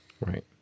Right